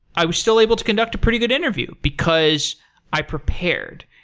i was still able to conduct a pretty good interview, because i prepared,